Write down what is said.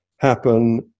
happen